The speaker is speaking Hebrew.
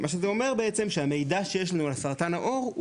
מה שזה אומר בעצם שהמידע שיש לנו על סרטן העור הוא